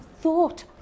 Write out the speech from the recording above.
thought